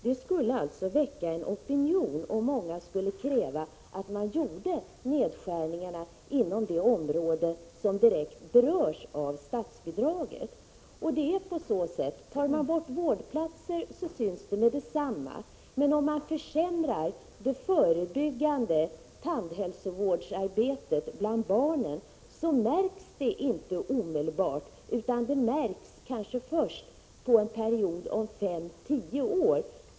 Det skulle väcka en motopinion och många skulle kräva att man gjorde nedskärningarna inom det område som direkt berördes av statsbidraget. Tar man bort vårdplatser syns det med det samma, men om man försämrar det förebyggande tandhälsovårdsarbetet bland barnen märks det inte omedelbart, utan kanske först inom en period av 5—10 år.